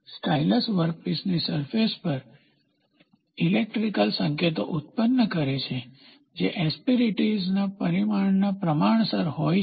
stylus વર્કપીસની surface પર electrical સંકેતો ઉત્પન્ન કરે છે જે એસ્પીરીટીઝના પરિમાણના પ્રમાણસર હોય છે